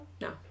no